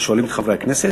ושואלים את חברי הכנסת.